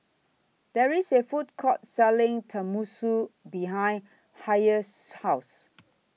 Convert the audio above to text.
There IS A Food Court Selling Tenmusu behind Hayes' House